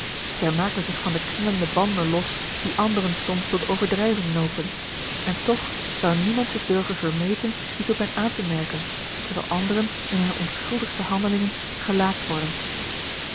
zij maken zich van de knellende handen los die anderen soms tot overdrijving nopen en toch zou niemand zich durven verm eten iets op hen aan te merken terwijl anderen in hunne onschuldigste handelingen gelaakt worden